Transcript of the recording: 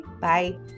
Bye